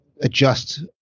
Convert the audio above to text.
adjust